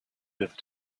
with